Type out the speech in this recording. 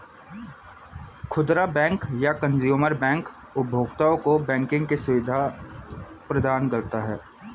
खुदरा बैंक या consumer bank उपभोक्ताओं को बैंकिंग की सुविधा प्रदान करता है